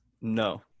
No